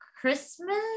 Christmas